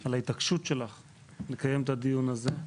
על ההתעקשות שלך לקיים את הדיון הזה,